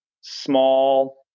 small